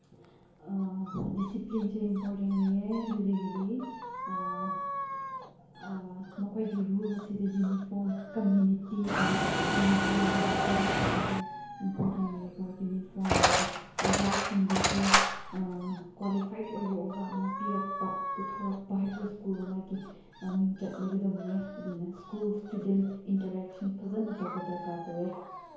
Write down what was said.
ꯗꯤꯁꯤꯄ꯭ꯂꯤꯟꯁꯤ important ꯑꯣꯏꯌꯦ ꯑꯗꯨꯗꯒꯤꯗꯤ ꯃꯈꯣꯏꯒꯤ ꯔꯨꯜꯁꯤꯗ ꯌꯨꯅꯤꯐꯣꯔꯝ ꯀꯃ꯭ꯌꯨꯅꯤꯇꯤ ꯑꯣꯏꯅ ꯌꯨꯅꯤꯐꯣꯔꯝ ꯍꯥꯏꯅ ꯁꯦꯠꯇꯞ ꯇꯧꯕꯁꯦ ꯏꯝꯄꯣꯔꯇꯦꯟ ꯑꯣꯏꯌꯦꯀꯣ ꯌꯨꯅꯤꯐꯣꯔꯝ ꯑꯗꯨꯒ ꯑꯣꯖꯥꯁꯤꯡꯕꯨꯁꯨ ꯀ꯭ꯋꯥꯂꯤꯐꯥꯏꯠ ꯑꯣꯏꯕ ꯑꯣꯖꯥ ꯑꯃ ꯄꯤꯔꯛꯄ ꯄꯨꯊꯣꯔꯛꯄ ꯍꯥꯏꯕꯁꯤ ꯁ꯭ꯀꯨꯜ ꯑꯃꯒꯤ ꯃꯤꯡꯆꯠ ꯑꯣꯏꯒꯗꯧꯅꯦ ꯑꯗꯨꯅ ꯁ꯭ꯀꯨꯜ ꯏꯁꯇꯨꯗꯦꯟ ꯏꯟꯇꯔꯦꯛꯁꯟ ꯐꯖꯅ ꯇꯧꯕ ꯗꯔꯀꯥꯔ ꯇꯧꯋꯦ